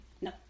No